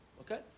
Okay